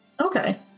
okay